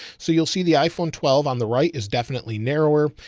so you'll see the iphone twelve on the right is definitely narrower.